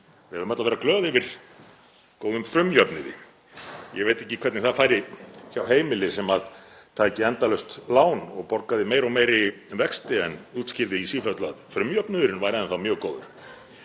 Við eigum öll að vera glöð yfir góðum frumjöfnuði. Ég veit ekki hvernig það færi hjá heimili sem tæki endalaust lán og borgaði meiri og meiri vexti en útskýrði í sífellu að frumjöfnuðurinn væri enn þá mjög góður.